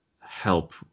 help